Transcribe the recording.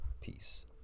Peace